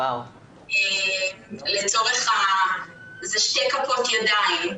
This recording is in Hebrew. זה שתי כפות ידיים.